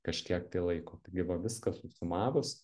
kažkiek laiko taigi va viską susumavus